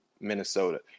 Minnesota